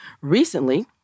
recently